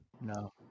no